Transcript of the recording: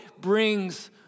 brings